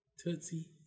Tootsie